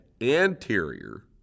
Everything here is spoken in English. anterior